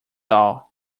all